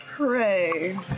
Hooray